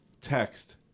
Text